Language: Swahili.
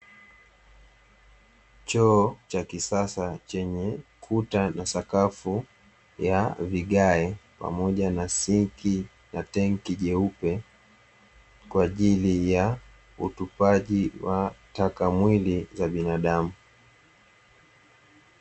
Choo cha kisasa chenye kuta na sakafu ya vigae, pamoja na sinki na tenki jeupe, kwa ajili ya utupaji wa taka mwili za binadamu.